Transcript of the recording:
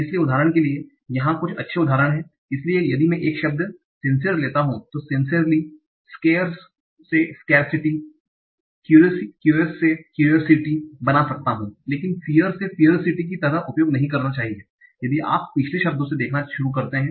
इसलिए उदाहरण के लिए यहां कुछ अच्छे उदाहरण हैं इसलिए यदि मैं एक शब्द सिन्सियर लेता हूं तो सिन्सियरली स्केयर्स से स्केयर्ससिटी क्युरियस से क्यूरोसीटी बना सकता हूं लेकिन फियर्स से फियर्ससीटी की तरह उपयोग नहीं करना चाहिए यदि आप पिछले शब्दों से देखना शुरू करते हैं